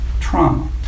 trauma